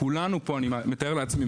כולנו פה אני מתאר לעצמי,